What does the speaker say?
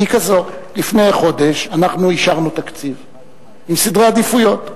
היא כזאת: לפני כחודש אנחנו אישרנו תקציב עם סדר עדיפויות.